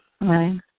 Right